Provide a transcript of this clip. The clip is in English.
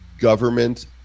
Government